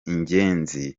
ingenzi